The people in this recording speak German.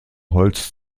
holz